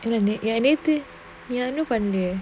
and யார்கிட்ட:yarkita